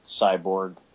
cyborg